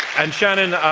and shannon,